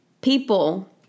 People